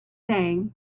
day